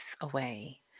away